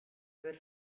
aver